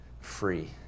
free